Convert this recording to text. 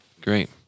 great